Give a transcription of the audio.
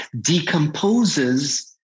decomposes